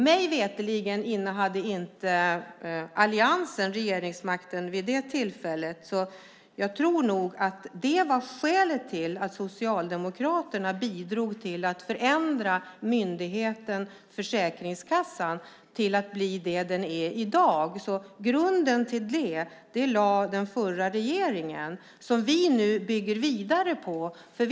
Mig veterligen innehade inte alliansen regeringsmakten vid det tillfället så jag tror nog att det var skälet till att Socialdemokraterna bidrog till att förändra myndigheten Försäkringskassan till att bli det den är i dag. Grunden till det som vi nu bygger vidare på lade alltså den förra regeringen.